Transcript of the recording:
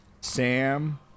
Sam